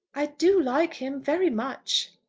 i do like him very much.